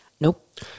Nope